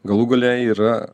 galų gale yra